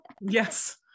Yes